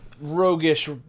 roguish